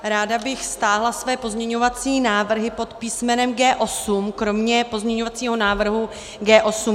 Ráda bych stáhla své pozměňovací návrhy pod písmenem G8 kromě pozměňovacího návrhu G8.1.